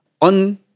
on